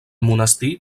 monestir